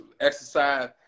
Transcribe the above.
exercise